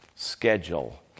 schedule